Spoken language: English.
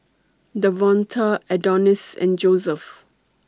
Davonta Adonis and Josef